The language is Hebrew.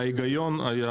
ההיגיון היה